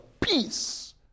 peace